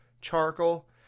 charcoal